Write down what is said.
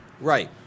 Right